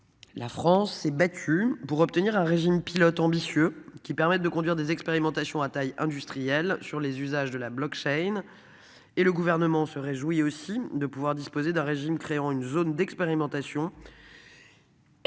La France s'est battue pour obtenir un régime pilote ambitieux qui permette de conduire des expérimentations à taille industrielle sur les usages de la bloque chaînes. Et le gouvernement se réjouit aussi de pouvoir disposer d'un régime créant une zone d'expérimentation.